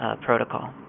protocol